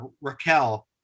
raquel